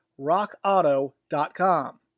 RockAuto.com